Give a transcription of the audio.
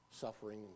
suffering